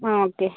ആ ഓക്കെ